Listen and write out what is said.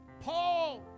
Paul